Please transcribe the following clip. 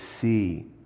see